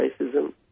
racism